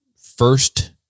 first